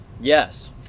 Yes